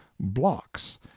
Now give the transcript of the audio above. blocks